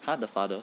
!huh! the father